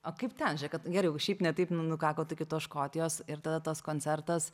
o kaip ten žiūrėk gerai jau šiaip ne taip nukakot iki tos škotijos ir tada tas koncertas